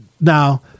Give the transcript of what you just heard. now